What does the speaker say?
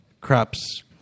crops